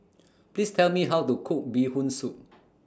Please Tell Me How to Cook Bee Hoon Soup